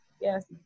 yes